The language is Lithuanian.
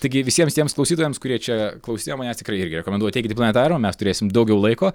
taigi visiems tiems klausytojams kurie čia klausėte manęs tikrai irgi rekomenduoju ateikit į planetariumą mes turėsim daugiau laiko